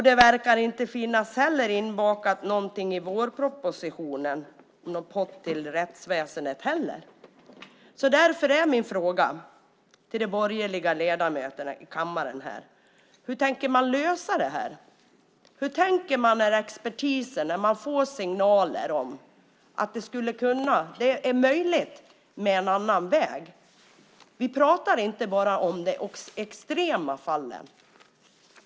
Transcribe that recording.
Det verkar inte heller finnas någon pott till rättsväsendet i vårpropositionen. Därför är min fråga till de borgerliga ledamöterna i kammaren: Hur tänker man lösa det här? Hur tänker man när man från expertisen får signaler om att det är möjligt med en annan väg? Vi pratar inte bara om de extrema fallen.